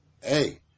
hey